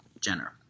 Jenner